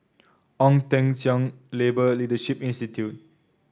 Ong Teng Cheong Labour Leadership Institute